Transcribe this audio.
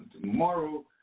tomorrow